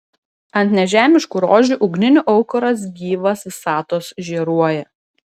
ant nežemiškų rožių ugninių aukuras gyvas visatos žėruoja